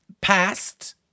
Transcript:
passed